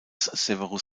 severus